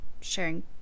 sharing